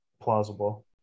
plausible